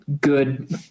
good